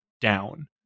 down